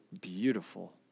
beautiful